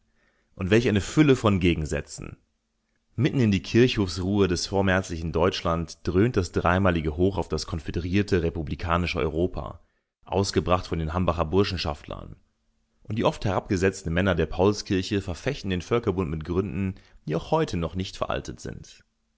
und welch eine fülle von gegensätzen mitten in die kirchhofsruhe des vormärzlichen deutschland dröhnt das dreimalige hoch auf das konföderierte republikanische europa ausgebracht von den hambacher burschenschaftlern und die oft herabgesetzten männer der paulskirche verfechten den völkerbund mit gründen die auch heute noch nicht veraltet sind